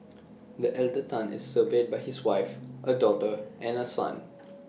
the elder Tan is survived by his wife A daughter and A son